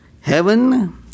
Heaven